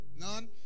None